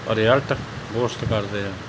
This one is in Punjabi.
ਰਿਜਲਟ ਘੋਸ਼ਿਤ ਕਰਦੇ ਆ